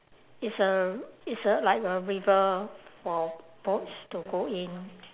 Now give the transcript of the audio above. is a is a like a river for boats to go in